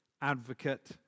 Advocate